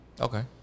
okay